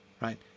right